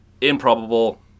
Improbable